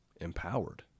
empowered